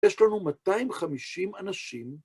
‫יש לנו 250 אנשים.